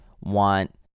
want